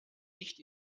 nicht